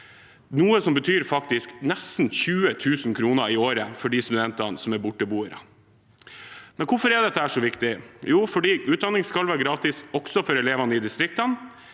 betyr faktisk nesten 20 000 kr i året for de studentene som er borteboere. Hvorfor er dette så viktig? Jo, fordi utdanning skal være gratis også for elever i distriktene.